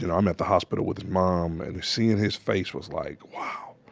you know i'm at the hospital with his mom, and seeing his face was like, wow.